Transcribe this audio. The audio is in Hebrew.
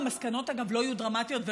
אני תקווה גדולה שוועדת החקירה הפרלמנטרית,